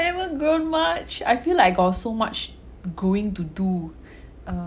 never grown much I feel like I got so much growing to do